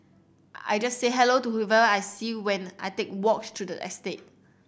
I just say hello to whoever I see when I take walks through the estate